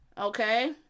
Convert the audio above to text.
Okay